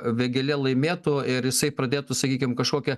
vėgėlė laimėtų ir jisai pradėtų sakykim kažkokią